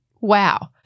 wow